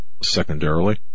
secondarily